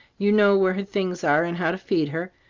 you know where her things are, and how to feed her.